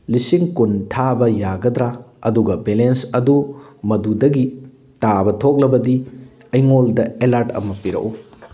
ꯂꯤꯁꯤꯡ ꯀꯨꯟ ꯊꯥꯕ ꯌꯥꯒꯗ꯭ꯔꯥ ꯑꯗꯨꯒ ꯕꯦꯂꯦꯟꯁ ꯑꯗꯨ ꯃꯗꯨꯗꯒꯤ ꯇꯥꯕ ꯊꯣꯛꯂꯕꯗꯤ ꯑꯩꯉꯣꯟꯗ ꯑꯦꯂꯔꯠ ꯑꯃ ꯄꯤꯔꯛꯎ